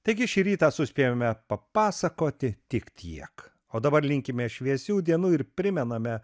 taigi šį rytą suspėjome papasakoti tik tiek o dabar linkime šviesių dienų ir primename